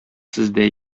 сездә